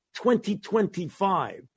2025